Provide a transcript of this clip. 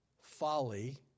folly